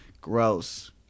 Gross